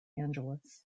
angeles